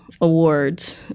awards